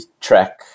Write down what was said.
track